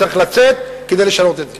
צריך לצאת כדי לשנות את זה.